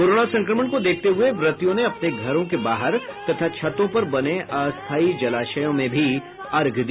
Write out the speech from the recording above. corona संक्रमण को देखते हुये व्रतियों ने अपने घरों के बाहर तथा छतों पर बने अस्थायी जलाशयों में भी अर्घ्य दिया